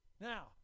Now